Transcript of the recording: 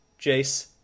Jace